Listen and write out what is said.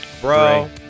Bro